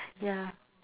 ya